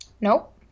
Nope